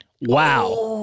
Wow